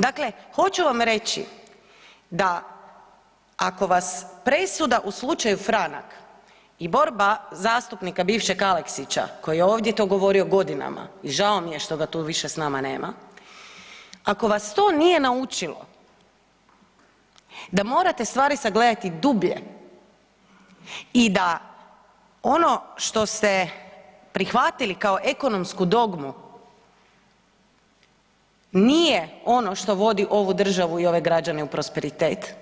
Dakle, hoću vam reći da ako vas presuda u slučaju Franak i borba zastupnika bivšeg Aleksića koji je ovdje to govorio godinama i žao mi je što ga tu više s nama nema, ako vas to nije naučilo da morate stvari sagledati dublje i da ono što ste prihvatili kao ekonomsku dogmu nije ono što vodi ovu državu i ove građane u prosperitet